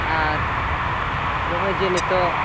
ᱟᱨ ᱱᱚᱜᱼᱚᱭ ᱡᱮ ᱱᱤᱛᱚᱜ